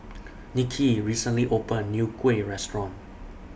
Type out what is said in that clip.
Niki recently opened A New Kuih Restaurant